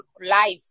life